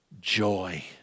joy